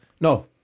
No